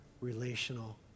relational